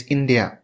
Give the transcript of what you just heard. India